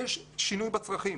יש שינוי בצרכים